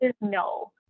no